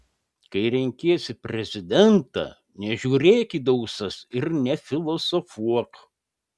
kai renkiesi prezidentą nežiūrėk į dausas ir nefilosofuok